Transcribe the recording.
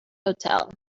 hotel